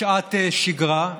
בשעת שגרה,